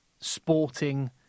Sporting